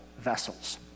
vessels